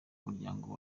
umuryango